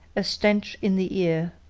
a stench in the ear.